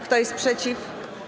Kto jest przeciw?